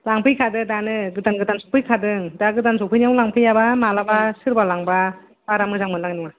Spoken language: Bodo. लांफैखादो दानो गोदान गोदान सौफैखादों दा गोदान सौफैनायावनो लांफैयाबा मालाबा सोरबा लांबा बारा मोजां मोननाय नङा